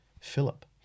Philip